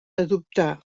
adoptar